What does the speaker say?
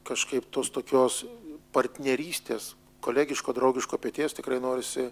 kažkaip tos tokios partnerystės kolegiško draugiško peties tikrai norisi